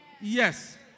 Yes